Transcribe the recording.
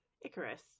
Icarus